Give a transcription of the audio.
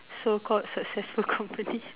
so called successful company